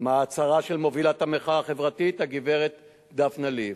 מעצרה של מובילת המחאה החברתית, הגברת דפני ליף,